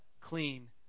clean